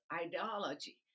ideology